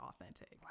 authentic